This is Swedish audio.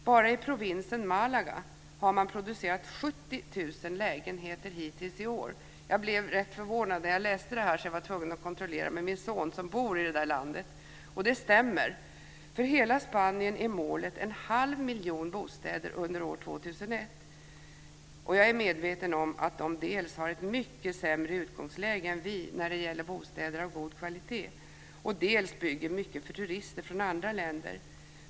Bara i provinsen Malaga har man producerat 70 000 lägenheter hittills i år. Jag blev rätt förvånad när jag läste detta, så jag var tvungen att kontrollera det med min son som bor i landet, och det stämmer. För hela Spanien är målet en halv miljon bostäder under 2001. Jag är medveten om att de dels har ett mycket sämre utgångsläge än vi vad gäller bostäder av god kvalitet, dels bygger mycket för turister från andra länder.